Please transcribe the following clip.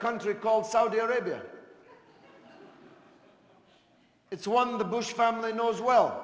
country called saudi arabia it's one the bush family knows well